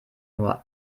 nur